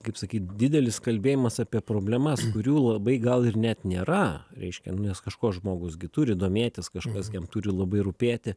kaip sakyt didelis kalbėjimas apie problemas kurių labai gal ir net nėra reiškia nes kažko žmogus gi turi domėtis kažkas gi jam turi labai rūpėti